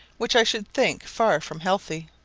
which i should think far from healthy.